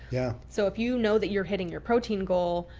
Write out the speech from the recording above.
yeah. so if you know that you're hitting your protein goal,